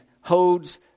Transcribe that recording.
holds